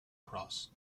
cross